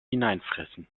hineinfressen